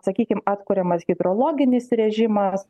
sakykim atkuriamas hidrologinis režimas